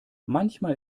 manchmal